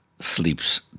Sleeps